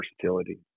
versatility